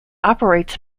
operates